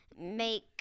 make